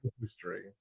history